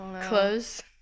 Clothes